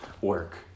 work